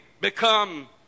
become